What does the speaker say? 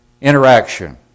interaction